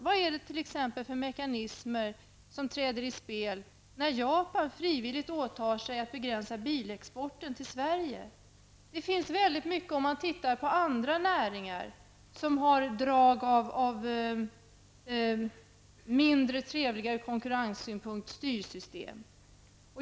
Vad är det t.ex. för mekanismer som träder i kraft när Japan frivilligt åtar sig att begränsa bilexporten till Sverige? Om man ser på andra näringar finner man att det finns mycket som har drag av styrsystem som är mindre trevliga ur konkurrenssynpunkt.